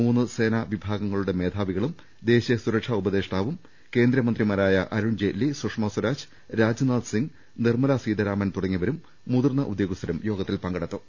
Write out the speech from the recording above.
മൂന്ന് സേനാ വിഭാഗങ്ങളുടെ മേധാവികളും ദേശീയ സുരക്ഷാ ഉപദേഷ്ടാവും കേന്ദ്രമന്ത്രിമാരായ അരുൺ ജെയ്റ്റലി സുഷമ സ്വരാജ് രാജ്നാഥ് സിങ്ങ് നിർമ്മല സീതാരാമൻ തുടങ്ങിയവരും മുതിർന്ന ഉദ്യോഗസ്ഥരും യോഗത്തിൽ പങ്കെടുത്തു